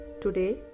today